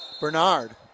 Bernard